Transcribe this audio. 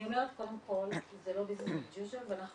אני אומרת קודם כל שזה לא ביזנס אס יוז'ואל ואנחנו